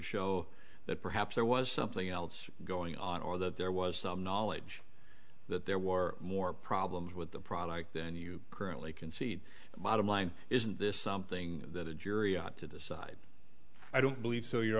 show that perhaps there was something else going on or that there was some knowledge that there were more problems with the product then you currently concede bottom line isn't this something that a jury ought to decide i don't believe so your